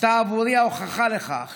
אתה עבורי ההוכחה לכך